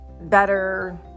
better